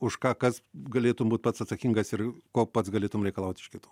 už ką kas galėtum būt pats atsakingas ir ko pats galėtum reikalaut iš kitų